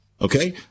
Okay